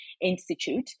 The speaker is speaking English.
Institute